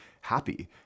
happy